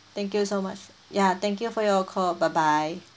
thank you so much ya thank you for your call bye bye